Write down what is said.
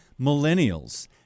millennials